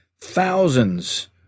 Thousands